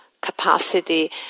capacity